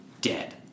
Dead